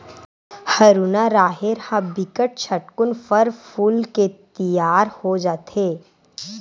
हरूना राहेर ह बिकट झटकुन फर फूल के तियार हो जथे